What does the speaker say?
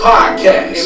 Podcast